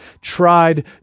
tried